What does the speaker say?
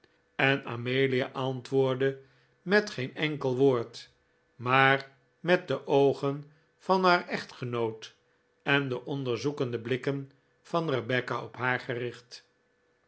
en amelia antwoordde met geen enkel woord maar met de oogen van haar echtgenoot en de onderzoekende blikken van rebecca op haar gericht